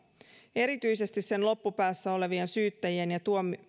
erityisesti sen loppupäässä olevat syyttäjät ja